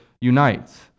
unites